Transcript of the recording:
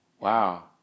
Wow